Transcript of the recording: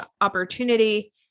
opportunity